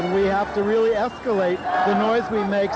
we have to really go away if we make